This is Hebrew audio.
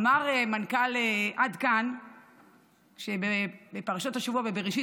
אמר מנכ"ל עד כאן שבפרשת השבוע בבראשית